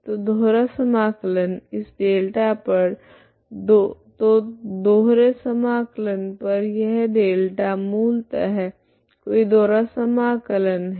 तो दोहरा समाकलन इस डेल्टा पर तो दोहरे समाकलन पर यह डेल्टा मूलतः कोई दोहरा समाकलन है